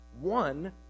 One